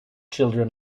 children